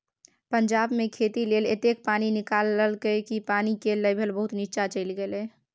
पंजाब मे खेती लेल एतेक पानि निकाललकै कि पानि केर लेभल बहुत नीच्चाँ चलि गेलै